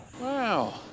Wow